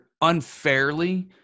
unfairly